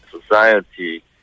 society